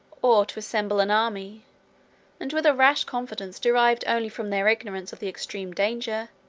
or to assemble an army and with a rash confidence, derived only from their ignorance of the extreme danger,